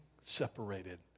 separated